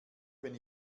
wenn